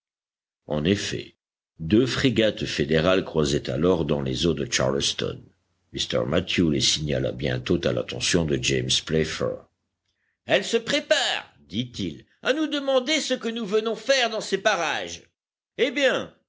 en effet deux frégates fédérales croisaient alors dans les eaux de charleston mr mathew les signala bientôt à l'attention de james playfair elles se préparent dit-il à nous demander ce que nous venons faire dans ces parages eh bien